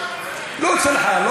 לא צלחה.